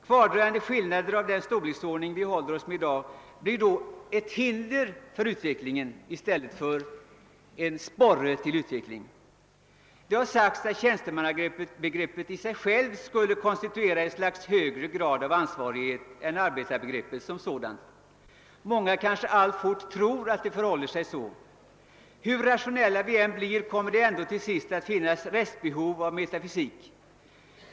Kvardröjande skillnader av den storleksordning som finns i dag blir då ett hinder för utvecklingen i stället för en sporre. Det har sagts att tjänstemannabegreppet i sig självt skulle konstituera något slags högre grad av ansvarighet än arbetarbegreppet som sådant. Många tror kanske alltjämt att det förhåller sig så. Hur rationella vi än blir kommer det att finnas ett restbehov av metafysik.